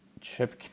Chip